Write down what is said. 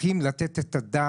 צריכים לתת את הדעת,